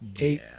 eight